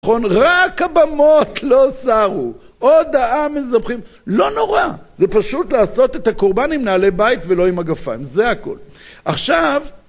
רק הבמות לא סרו, עוד העם מזבחים, לא נורא, זה פשוט לעשות את הקורבן עם נעלי בית ולא עם מגפיים, זה הכל. עכשיו